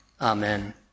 Amen